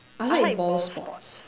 I like ball sports